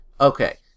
okay